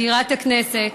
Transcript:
מזכירת הכנסת,